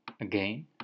again